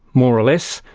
more or less,